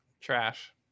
Trash